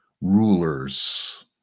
rulers